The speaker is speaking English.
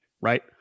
Right